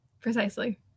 Precisely